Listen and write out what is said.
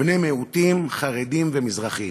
בני מיעוטים, חרדים ומזרחים.